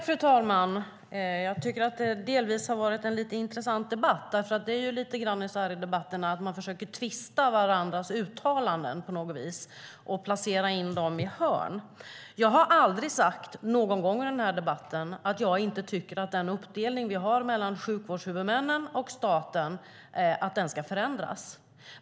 Fru talman! Det har delvis varit en ganska intressant debatt. Det är ju lite grann så i debatter att man på något vis försöker "tvista" varandras uttalanden och placera in dem i hörn. Jag har inte någon gång i den här debatten sagt att jag tycker att den uppdelning vi har mellan sjukvårdshuvudmännen och staten ska ändras.